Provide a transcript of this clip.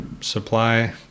supply